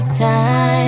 time